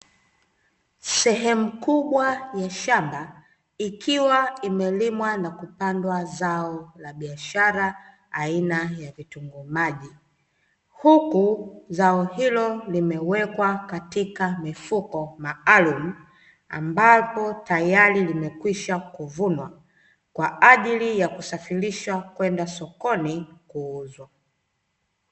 Sehemu kubwa ya shamba ikiwa imelimwa na kupandwa zao la biashara aina ya kitunguu maji. Huku zao hilo limewekwa katika mifuko maalumu, ambapo tayari limekwisha kuvunwa kwaajili ya kusafirishwa kwenda sokoni kuuzwa.